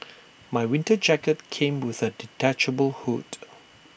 my winter jacket came with A detachable hood